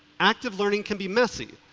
active learning can be messy.